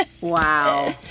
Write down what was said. Wow